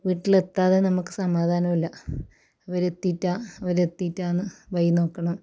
വീട്ടിലെത്താതെ നമുക്ക് സമാധാനമില്ല അവർ എത്തീറ്റാ അവർ എത്തീറ്റാ എന്ന് വയിനോക്കണം